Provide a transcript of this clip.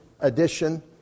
edition